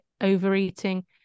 overeating